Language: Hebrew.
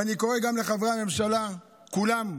ואני קורא גם לחברי הממשלה כולם,